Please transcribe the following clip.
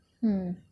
hmm